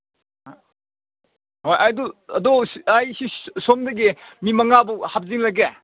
ꯍꯣꯏ ꯑꯗꯨ ꯑꯗꯣ ꯑꯩꯁꯨ ꯁꯣꯝꯗꯒꯤ ꯃꯤ ꯃꯉꯥ ꯐꯥꯎ ꯍꯥꯞꯆꯤꯜꯂꯒꯦ